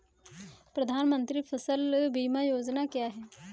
प्रधानमंत्री फसल बीमा योजना क्या है?